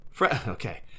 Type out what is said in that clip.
Okay